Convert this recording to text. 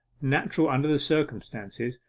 natural under the circumstances,